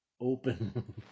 open